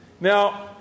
Now